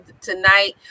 tonight